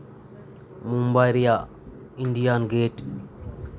ᱢᱩᱢᱵᱟᱭ ᱨᱮᱭᱟᱜ Indian gate